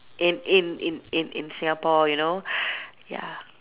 in in in in in Singapore you know ya